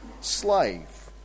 slave